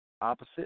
opposite